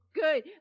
good